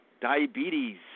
Diabetes